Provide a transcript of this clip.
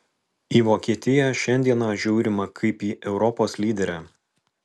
į vokietiją šiandieną žiūrima kaip į europos lyderę